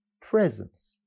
presence